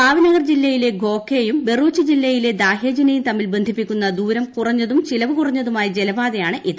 ഭാവ് നഗർ ജില്ലയിലെ ഗോഖേയും ബെറൂച്ച് ജില്ലയിലെ ദാഹേജിനെയും തമ്മിൽ ബന്ധിപ്പിക്കുന്ന ദൂരം കുറഞ്ഞതും ചിലവ് കുറഞ്ഞതുമായ ജലപാതയാണിത്